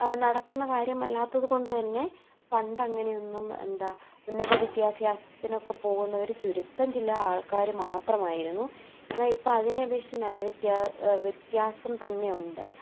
നടക്കുന്ന കാര്യമല്ലാത്തത് കൊണ്ട് തന്നെ പണ്ടങ്ങനെയൊന്നും എന്താ ഉന്നത വിദ്യാഭ്യാസത്തിനൊക്കെ പോകുന്നവർ ചുരുക്കം ചില ആൾക്കാർ മാത്രമായിരുന്നു എന്നാൽ ഇപ്പം അതിനെ അപേക്ഷിച്ച് നല്ല വ്യ വ്യത്യാസം തന്നെ ഉണ്ട്